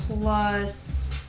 plus